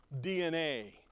DNA